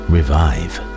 Revive